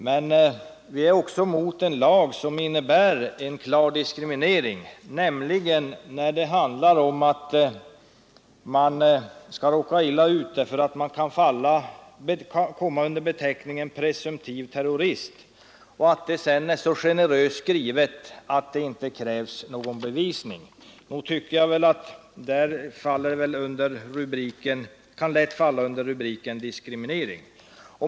Men vi är också emot en lag som innebär en klar diskriminering, nämligen när man kan råka illa ut om man hamnar under beteckningen ”presumtiv terrorist” och lagen är så generöst skriven att någon bevisning inte krävs. Nog tycker jag att det lätt kan föras in under rubriken diskriminering.